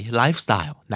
lifestyle